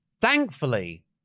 thankfully